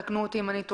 תקנו אותי אם אני טועה.